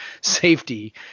safety